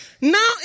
Now